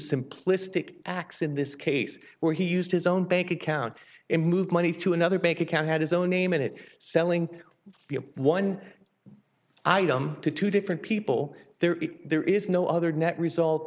simplistic acts in this case where he used his own bank account and moved money to another bank account had his own name in it selling one item to two different people there there is no other net result